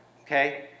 okay